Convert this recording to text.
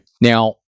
Now